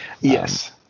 Yes